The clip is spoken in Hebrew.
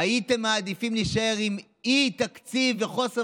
הייתם מעדיפים להישאר עם אי-תקציב וחוסר